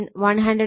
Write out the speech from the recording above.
8 KVA ആണ്